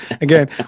again